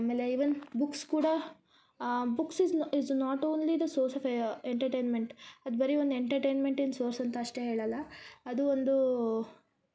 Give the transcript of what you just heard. ಆಮೇಲೆ even books ಕೂಡ books is is a not only the source of entertainment ಅದು ಬರಿ ಒಂದು ಎಂಟಟೈನ್ಮೆಂಟ್ ಸೋರ್ಸ್ ಅಂತ ಅಷ್ಟೆ ಹೇಳಲ್ಲ ಅದು ಒಂದು